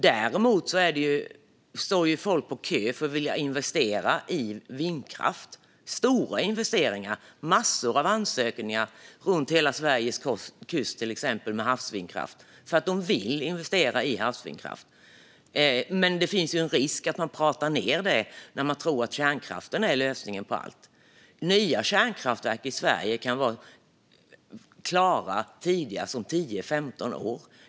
Däremot står folk på kö och vill investera i vindkraft. Det är massor av ansökningar runt hela Sveriges kust gällande till exempel havsvindkraft, för det vill man investera i. Men den som tror att kärnkraften är lösningen på allt riskerar ju att prata ned detta. Nya kärnkraftverk i Sverige kan vara klara tidigast om tio femton år.